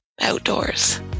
outdoors